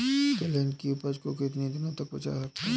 तिलहन की उपज को कितनी दिनों तक बचाया जा सकता है?